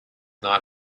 not